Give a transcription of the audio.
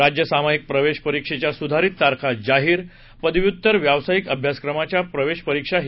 राज्य सामाईक प्रवेश परीक्षेच्या सुधारित तारखा जाहीर पदव्युत्तर व्यावसायिक अभ्यासक्रमाच्या प्रवेश परीक्षाही